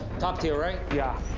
top tier, right? yeah.